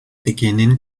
beginning